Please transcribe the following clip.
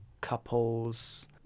couples